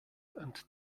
and